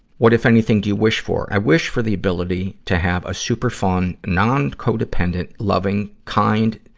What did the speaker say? what, if anything, do you wish for? i wish for the ability to have a super-fun, non-codependent, loving, kind,